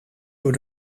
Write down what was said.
door